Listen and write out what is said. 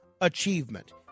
Achievement